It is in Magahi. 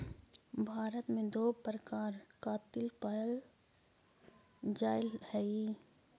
भारत में दो प्रकार कातिल पाया जाईल हई